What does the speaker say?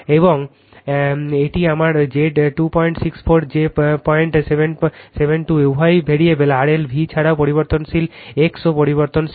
এবং এটি আমার Z 264 j পয়েন্ট 7 2 এবং উভয় ভেরিয়েবল RL V এছাড়াও পরিবর্তনশীল Xও পরিবর্তনশীল